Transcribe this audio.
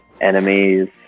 enemies